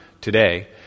today